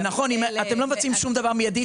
--- אבל אתם לא מבצעים שום דבר מיידית.